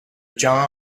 jar